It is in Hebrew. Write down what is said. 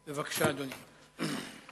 בבקשה, אדוני.